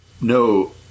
no